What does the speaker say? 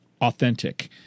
authentic